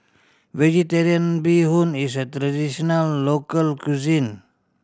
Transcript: Vegetarian Bee Hoon is a traditional local cuisine